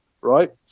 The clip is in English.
right